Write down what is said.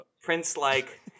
prince-like